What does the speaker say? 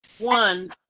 One